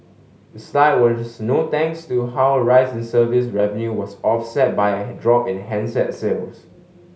the slide was no thanks to how a rise in service revenue was offset by a drop in handset sales